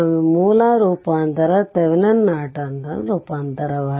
ಆದ್ದರಿಂದ ಕೆಲವೊಮ್ಮೆ ಮೂಲ ರೂಪಾಂತರ ಥೆವೆನಿನ್ ನಾರ್ಟನ್ ರೂಪಾಂತರ